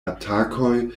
atakoj